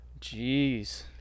Jeez